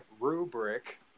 rubric